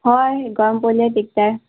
হয় গৰম পৰিলে দিগদাৰ